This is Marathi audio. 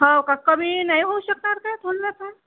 हो का कमी नाही होऊ शकणार का दोन लाखात